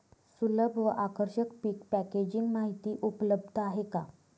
सुलभ व आकर्षक पीक पॅकेजिंग माहिती उपलब्ध आहे का?